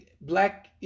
black